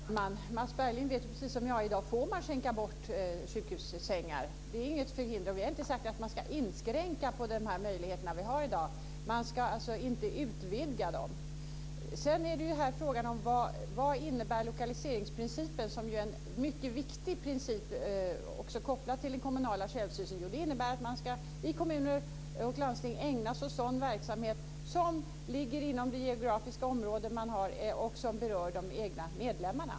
Herr talman! Mats Berglind vet precis som jag att man i dag får skänka bort sjukhussängar. Det är inget som hindrar det. Vi har inte sagt att man inskränka de möjligheter vi har i dag. Men man ska alltså inte utvidga dem. Sedan är det fråga om vad lokaliseringsprincipen innebär. Det är ju en mycket viktig princip som också är kopplad till den kommunala självstyrelsen. Den innebär att man i kommuner och landsting ska ägna sig åt sådan verksamhet som ligger inom det geografiska område man har och som berör de egna medlemmarna.